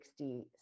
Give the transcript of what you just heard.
60